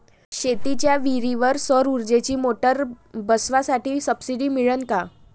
शेतीच्या विहीरीवर सौर ऊर्जेची मोटार बसवासाठी सबसीडी मिळन का?